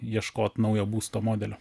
ieškot naujo būsto modelio